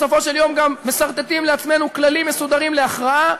ובסופו של יום גם מסרטטים לעצמנו כללים מסודרים להכרעה,